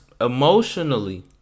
emotionally